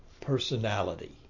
personality